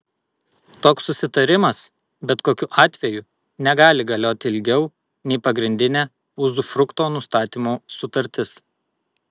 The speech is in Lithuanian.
toks susitarimas bet kokiu atveju negali galioti ilgiau nei pagrindinė uzufrukto nustatymo sutartis